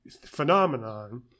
phenomenon